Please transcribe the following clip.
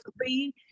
three